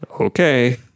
Okay